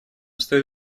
стоит